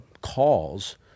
calls